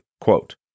Quote